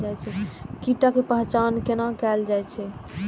कीटक पहचान कैना कायल जैछ?